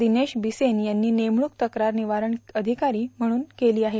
दिवेश बिसेव यांची बेमणूक तक्रार बिवारण अधिकारी म्हणून केली आहे